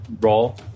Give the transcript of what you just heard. roll